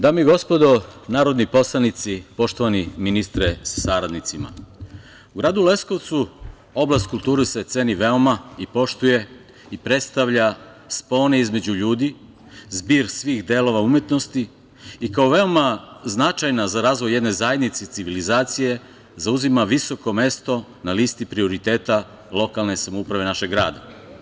Dame i gospodo narodni poslanici, poštovani ministre sa saradnicima, u gradu Leskovcu oblast kulture se ceni veoma i poštuje i predstavlja spone između ljudi, zbir svih delova umetnosti i kao veoma značajna za razvoj jedne zajednice i civilizacije zauzima visoko mesto na listi prioriteta lokalne samouprave našeg grada.